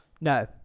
No